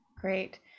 Great